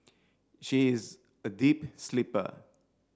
she is a deep sleeper